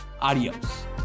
Adios